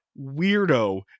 weirdo